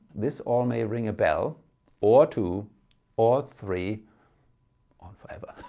this all may ring a bell or two or three on forever.